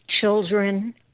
Children